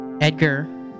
Edgar